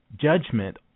Judgment